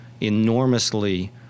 enormously